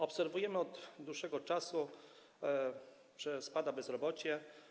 Obserwujemy od dłuższego czasu, że spada bezrobocie.